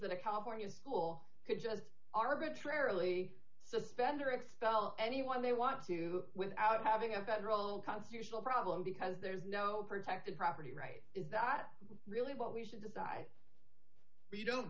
that a california school could just arbitrarily suspend or expel anyone they want to without having a better all constitutional problem because there's no protected property right is that really what we should decide we don't